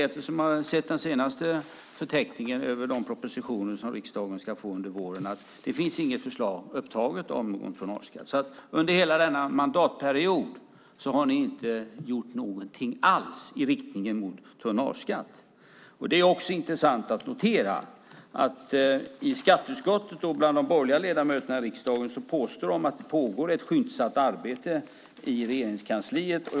Eftersom jag har sett den senaste förteckningen över de propositioner som riksdagen ska få under våren utgår jag ifrån att det inte finns något förslag om en tonnageskatt. Under hela denna mandatperiod har ni inte gjort någonting alls i riktning mot en tonnageskatt. Det är också intressant att notera att i skatteutskottet och bland de borgerliga ledamöterna i riksdagen påstås det att det pågår ett skyndsamt arbete i Regeringskansliet.